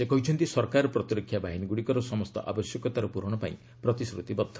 ସେ କହିଛନ୍ତି ସରକାର ପ୍ରତିରକ୍ଷା ବାହିନୀଗୁଡ଼ିକର ସମସ୍ତ ଆବଶ୍ୟକତାର ପୂର୍ବଣ ପାଇଁ ପ୍ରତିଶ୍ରୁତିବଦ୍ଧ